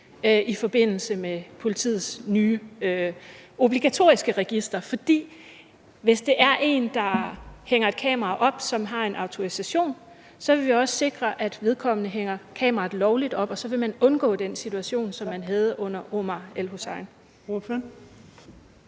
i forbindelse med politiets nye obligatoriske register, fordi hvis den, der hænger et kamera, har en autorisation, så vil vi også sikre, at vedkommende hænger kameraet lovligt op, og så vil man undgå den situation, som man havde under Omar El-Hussein.